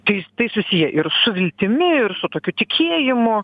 keistai susiję ir su viltimi ir su tokiu tikėjimu